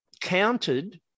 counted